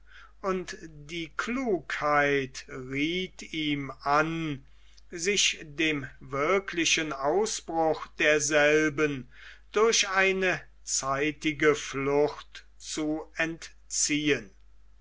und die klugheit rieth ihm an sich dem wirklichen ausbruche derselben durch eine zeitige flucht zu entziehen